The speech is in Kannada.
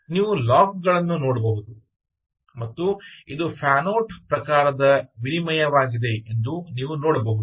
ನೀವು ಲಾಗ್ ಗಳನ್ನು ನೋಡಬಹುದು ಮತ್ತು ಇದು ಫ್ಯಾನ್ ಔಟ್ ಪ್ರಕಾರದ ವಿನಿಮಯವಾಗಿದೆ ಎಂದು ನೀವು ನೋಡಬಹುದು